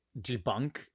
debunk